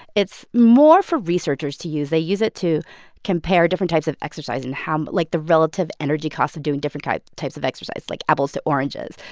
it's more for researchers to use. they use it to compare different types of exercise and how like, the relative energy costs of doing different kind of types of exercise, like apples to oranges.